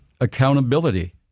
accountability